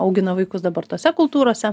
augina vaikus dabar tose kultūrose